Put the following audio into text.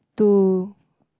to